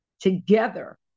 together